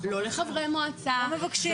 לא לחברי מועצה --- אבל לא מבקשים